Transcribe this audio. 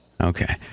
Okay